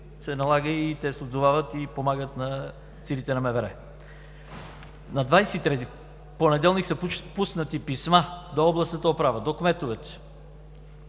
се налага, те се отзовават и помагат на силите на МВР. На 23-ти, понеделник, са пуснати писма до областната управа до кметовете